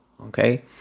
okay